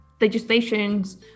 legislations